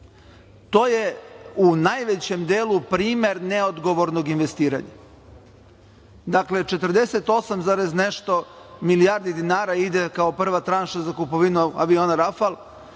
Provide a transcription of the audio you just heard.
To je u najvećem delu primer neodgovornog investiranja. Dakle, 48 zarez nešto milijardi dinara ide kao prva tranša za kupovinu aviona „Rafal